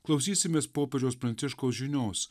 klausysimės popiežiaus pranciškaus žinios